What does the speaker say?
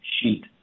sheet